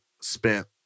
spent